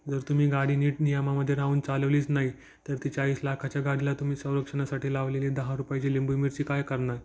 जर तुम्ही गाडी नीट नियमामध्ये राहून चालवलीच नाही तर ती चाळीस लाखाच्या गाडीला तुम्ही संरक्षणासाठी लावलेली दहा रुपायची लिंबूमिरची काय करणार